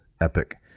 Epic